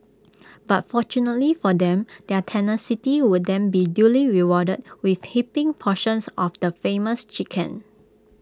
but fortunately for them their tenacity would then be duly rewarded with heaping portions of the famous chicken